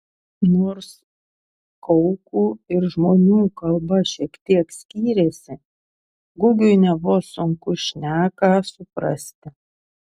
nors kaukų ir žmonių kalba šiek tiek skyrėsi gugiui nebuvo sunku šneką suprasti